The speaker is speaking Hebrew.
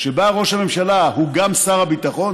שבה ראש הממשלה הוא גם שר הביטחון,